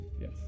Yes